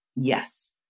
Yes